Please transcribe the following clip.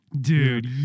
Dude